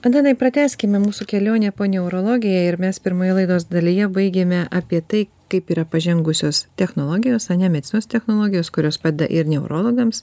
antanai pratęskime mūsų kelionę po neurologiją ir mes pirmoje laidos dalyje baigiame apie tai kaip yra pažengusios technologijos ane medicinos technologijos kurios padeda ir neurologams